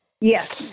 Yes